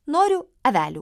noriu avelių al tikrai avelių